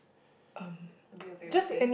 a bit of everything